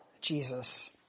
Jesus